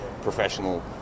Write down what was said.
professional